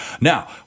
Now